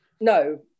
No